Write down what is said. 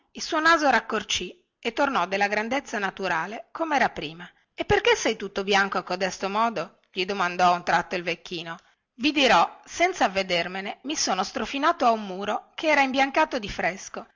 il suo naso raccorcì e tornò della grandezza naturale come era prima e perché sei tutto bianco a codesto modo gli domandò a un tratto il vecchino i dirò senza avvedermene mi sono strofinato a un muro che era imbiancato di fresco